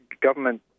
government